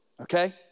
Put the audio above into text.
Okay